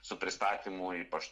su pristatymu ypač